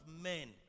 men